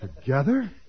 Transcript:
Together